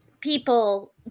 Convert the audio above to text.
people